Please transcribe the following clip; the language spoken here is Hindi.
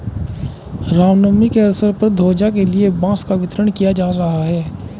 राम नवमी के अवसर पर ध्वजा के लिए बांस का वितरण किया जा रहा है